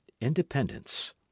independence